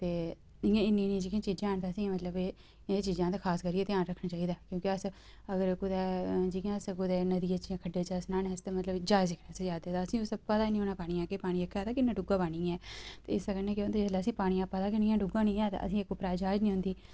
ते इ'यां गै इन्नियां इन्नियां जेह्कियां चीजां हैन ते असें मतलब एह् चीजां असें खास करियै ध्यान रक्खना चाहिदा क्योंकि अस अगर कुतै जि'यां अस कुतै नदियै च खड्डे च अस न्हानै आस्तै मतलब ऐ जाच सिक्खने ई जा दे तां असे ईं उसदा पता निं होना पानियै दा कि पानी जेह्का ऐ किन्ना डूंह्गा ऐ इसदे कन्नै केह् होंदा जिसलै अस पानी पता गै निं ऐ डूंह्गा निं ऐ ते असे ईं उप्परा जाच निं औंदी